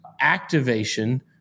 activation